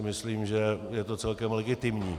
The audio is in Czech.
Myslím si, že je to celkem legitimní.